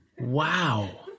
Wow